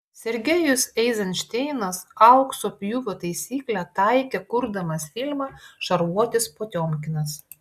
sergejus eizenšteinas aukso pjūvio taisyklę taikė kurdamas filmą šarvuotis potiomkinas